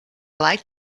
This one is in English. like